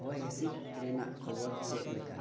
ᱦᱚᱭ ᱦᱤᱸᱥᱤᱫ ᱨᱮᱱᱟᱜ ᱠᱷᱚᱵᱚᱨ ᱪᱮᱫ ᱞᱮᱠᱟ